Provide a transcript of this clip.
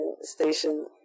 station